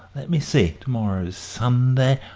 let me see. to-morrow's sunday.